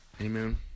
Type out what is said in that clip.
amen